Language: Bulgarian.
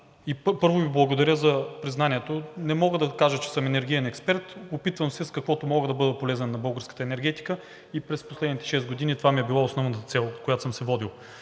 – първо Ви благодаря за признанието. Не мога да кажа, че съм енергиен експерт. Опитвам се с каквото мога да бъда полезен на българската енергетика. През последните шест години това ми е била основната цел, от която съм се водил.